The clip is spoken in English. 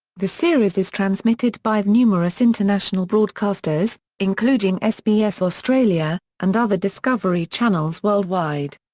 the series is transmitted by numerous international broadcasters, including sbs australia, and other discovery channels worldwide.